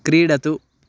क्रीडतु